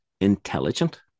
intelligent